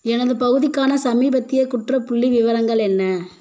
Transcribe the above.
எனது பகுதிக்கான சமீபத்திய குற்றப் புள்ளிவிவரங்கள் என்ன